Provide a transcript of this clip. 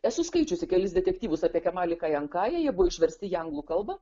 esu skaičiusi kelis detektyvus apie kemalį kajenkajį jie buvo išversti į anglų kalbą